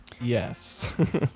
Yes